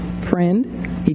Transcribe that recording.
friend